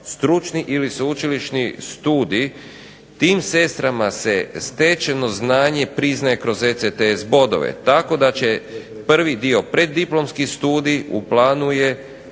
stručni ili sveučilišni studij, tim sestrama se stečeno znanje priznaje kroz ECTS bodove, tako da će prvi dio preddiplomski studij u planu je